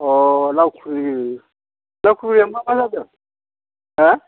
अ लावखुलि लावखुलियाव मा मा जादों हा